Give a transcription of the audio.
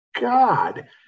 God